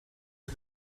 are